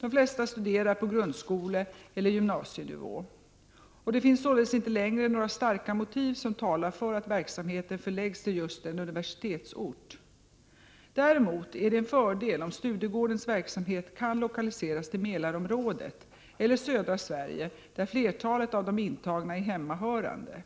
De flesta studerar på grundskoleoch gymnasienivå. Det finns således inte längre några starkare motiv som talar för att verksamheten förläggs till just en universitetsort. Däremot är det en fördel om Studiegårdens verksamhet kan lokaliseras till Mälarområdet eller södra Sverige där flertalet av de intagna är hemmahörande.